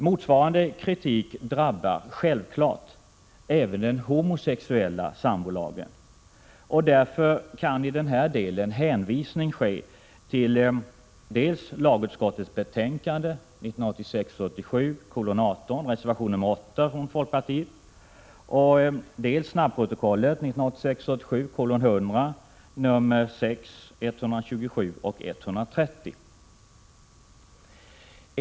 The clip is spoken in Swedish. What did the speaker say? Motsvarande kritik drabbar självfallet även den homosexuella sambolagen, och därför kan i denna del hänvisning göras till dels lagutskottets betänkande 1986 87:100 anförandena nr 6, 127 och 130.